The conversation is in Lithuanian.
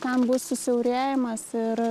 ten bus susiaurėjimas ir